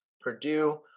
Purdue